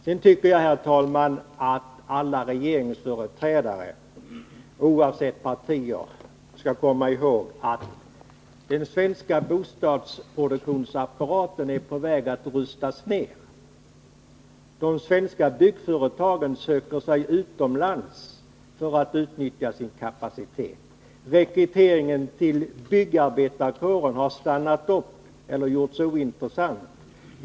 Sedan tycker jag, herr talman, att alla regeringsföreträdare, oavsett partier, skall komma ihåg att den svenska bostadsproduktionsapparaten är på väg att rustas ner. De svenska byggföretagen söker sig utomlands för att utnyttja sin kapacitet. Rekryteringen till byggarbetarkåren har stannat upp eller gjorts ointressant.